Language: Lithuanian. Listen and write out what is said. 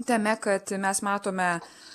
tame kad mes matome